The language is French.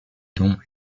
dons